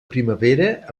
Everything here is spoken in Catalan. primavera